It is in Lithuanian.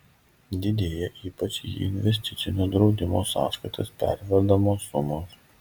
didėja ypač į investicinio draudimo sąskaitas pervedamos sumos